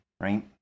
right